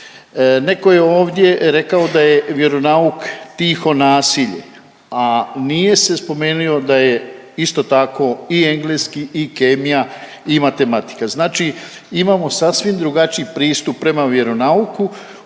Neko je ovdje rekao da je vjeronauk tiho nasilje, a nije se spomenuo da je isto tako i engleski i kemija i matematika. Znači imamo sasvim drugačiji pristup prema vjeronauku